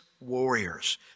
warriors